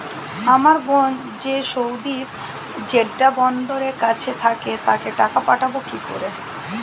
আমার বোন যে সৌদির জেড্ডা বন্দরের কাছে থাকে তাকে টাকা পাঠাবো কি করে?